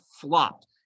flopped